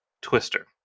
Twister